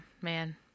Man